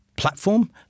platform